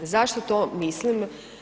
Zašto to mislim.